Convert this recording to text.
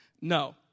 No